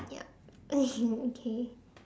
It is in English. yup okay okay